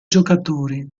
giocatori